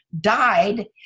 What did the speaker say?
died